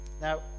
now